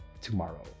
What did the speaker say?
tomorrow